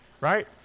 right